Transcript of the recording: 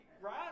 right